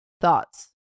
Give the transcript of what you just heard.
Thoughts